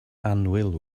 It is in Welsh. annwyl